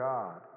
God